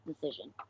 decision